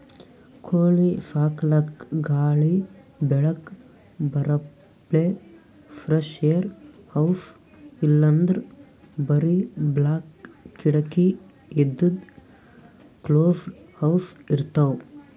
ಕೋಳಿ ಸಾಕಲಕ್ಕ್ ಗಾಳಿ ಬೆಳಕ್ ಬರಪ್ಲೆ ಫ್ರೆಶ್ಏರ್ ಹೌಸ್ ಇಲ್ಲಂದ್ರ್ ಬರಿ ಬಾಕ್ಲ್ ಕಿಡಕಿ ಇದ್ದಿದ್ ಕ್ಲೋಸ್ಡ್ ಹೌಸ್ ಇರ್ತವ್